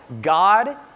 God